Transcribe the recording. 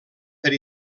per